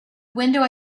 window